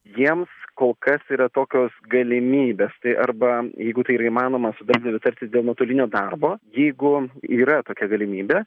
jiems kol kas yra tokios galimybės tai arba jeigu tai yra įmanoma su darbdaviu tartis dėl nuotolinio darbo jeigu yra tokia galimybė